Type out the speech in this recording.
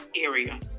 area